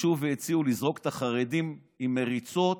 ביקשו והציעו לזרוק את החרדים עם מריצות,